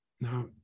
Now